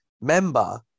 member